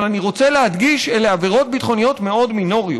אבל אני רוצה להדגיש: אלה עבירות ביטחוניות מאוד מינוריות.